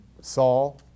Saul